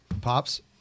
Pops